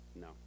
No